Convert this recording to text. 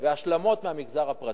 והשלמות מהמגזר הפרטי.